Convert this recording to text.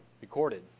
recorded